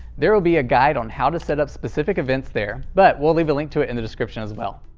there will be a guide on how to set up specific events there, but we'll leave a link to it in the description as well.